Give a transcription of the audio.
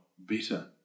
better